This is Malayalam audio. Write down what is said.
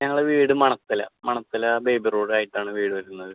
ഞങ്ങള വീട് മണത്തല മണത്തല ബേബി റോഡ് ആയിട്ടാണ് വീട് വരുന്നത്